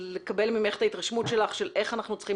לקבל ממך את ההתרשמות שלך של איך אנחנו צריכים